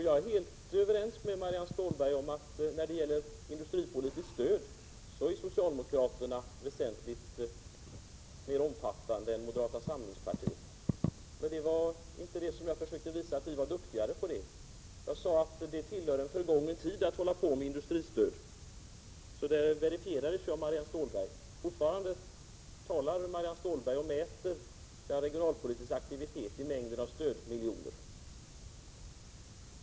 Jag är helt överens med Marianne Stålberg om att när det gäller industripolitiskt stöd är de insatser som socialdemokraterna har infört och föreslår mycket mer omfattande än moderaternas — men jag försökte inte visa att vi var duktigare i det avseendet. Jag sade att det tillhör en förgången tid att syssla med industristöd. Det verifierades av Marianne Stålberg. Hon mäter fortfarande den regionalpolitiska aktiviteten i mängden stödmiljoner!